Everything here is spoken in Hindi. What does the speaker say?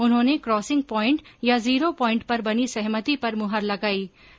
उन्होंने क्रासिंग प्वाइंट या जीरो प्वाइंट पर बनी सहमति पर मुहर लगायी